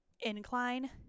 incline